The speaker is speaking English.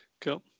Cool